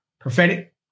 prophetic